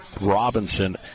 Robinson